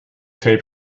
tape